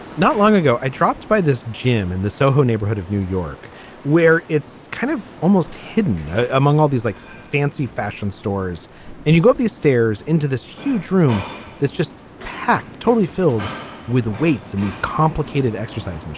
not long ago i dropped by this gym in the soho neighborhood of new york where it's kind of almost hidden among all these like fancy fashion stores and you got these stairs into this huge room that's just packed totally filled with weights and these complicated exercise but